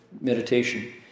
meditation